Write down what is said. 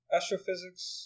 astrophysics